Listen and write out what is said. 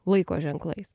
laiko ženklais